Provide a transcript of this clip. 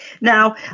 Now